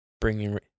bringing